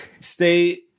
stay